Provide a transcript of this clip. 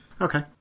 Okay